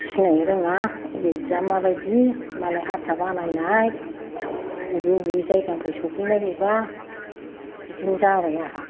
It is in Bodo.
सिनायनो रोङा अबे जिया माबादि मालाय हारसा बानायनाय अबे अबे जायगानिफ्राय सफैनाय बेबा बिदिनो जाबाय आंहा